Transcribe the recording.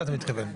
זורקים פה פתרון,